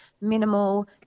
minimal